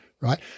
right